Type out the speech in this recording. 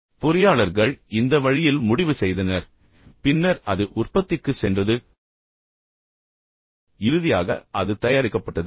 எனவே பொறியாளர்கள் இந்த வழியில் முடிவு செய்தனர் பின்னர் அது உற்பத்திக்கு சென்றது இறுதியாக அது தயாரிக்கப்பட்டது